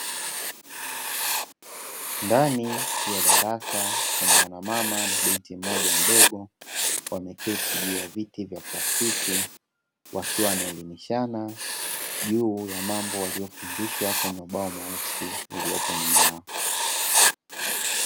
Ndani ya darasa kuna wana mama na binti mmoja mdogo. Wameketi juu ya viti vya plastiki, wakiwa wana elimishana juu ya mambo waliyofundishwa kwenye ubao mweusi uliopo nyuma yao.